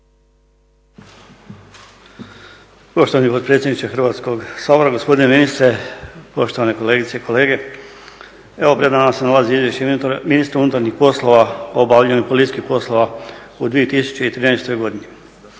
Poštovani potpredsjedniče Hrvatskog sabora, gospodine ministre, poštovane kolegice i kolege. Evo pred nama se nalazi izvješće ministra MUP-a o obavljanju policijskih poslova u 2013.godini.